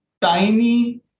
tiny